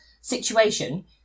situation